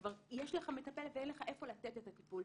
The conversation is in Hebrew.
כבר יש לך מטפלת ואין לך איפה לתת את הטיפול.